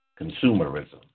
consumerism